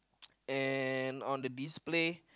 and on the display